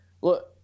look